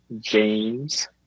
James